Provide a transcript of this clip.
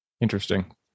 interesting